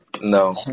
No